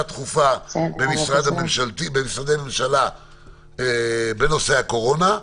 דחופה במשרדי ממשלה בנושא הקורונה.